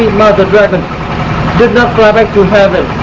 mother dragon did not fly back to heaven.